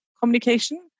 communication